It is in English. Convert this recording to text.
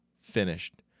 finished